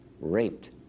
raped